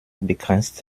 begrenzt